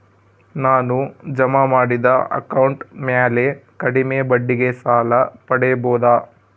ನಾನು ಜಮಾ ಮಾಡಿದ ಅಕೌಂಟ್ ಮ್ಯಾಲೆ ಕಡಿಮೆ ಬಡ್ಡಿಗೆ ಸಾಲ ಪಡೇಬೋದಾ?